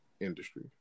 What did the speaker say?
industry